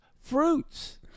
Fruits